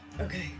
Okay